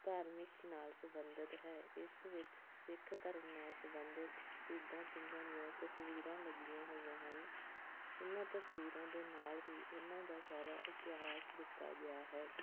ਧਾਰਮਿਕ ਨਾਲ ਸਬੰਧਿਤ ਹੈ ਇਸ ਵਿੱਚ ਸਿੱਖ ਧਰਮ ਨਾਲ ਸੰਬੰਧਿਤ ਸ਼ਹੀਦਾਂ ਸਿੰਘਾਂ ਦੀਆਂ ਤਸਵੀਰਾਂ ਲੱਗੀਆਂ ਹੋਈਆਂ ਹਨ ਇਹਨਾਂ ਤਸਵੀਰਾਂ ਦੇ ਨਾਲ ਹੀ ਇਹਨਾਂ ਦਾ ਸਾਰਾ ਇਤਿਹਾਸ ਦਿੱਤਾ ਗਿਆ ਹੈ